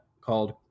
called